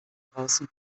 draußen